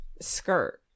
skirt